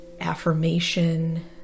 affirmation